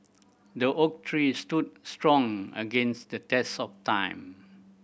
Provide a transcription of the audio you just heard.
the oak tree stood strong against the test of time